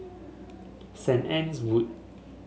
Saint Anne's Wood